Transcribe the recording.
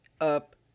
up